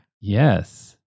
Yes